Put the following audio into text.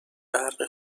برق